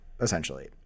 essentially